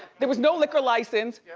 there was no liquor license. yeah